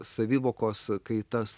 savivokos kaitas